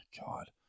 God